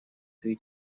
three